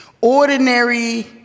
Ordinary